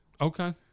Okay